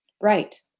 Right